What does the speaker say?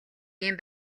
ийм